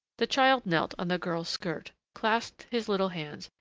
the child knelt on the girl's skirt, clasped his little hands,